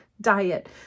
diet